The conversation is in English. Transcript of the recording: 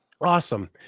awesome